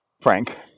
Frank